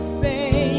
say